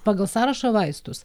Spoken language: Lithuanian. pagal sąrašą vaistus